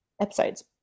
episodes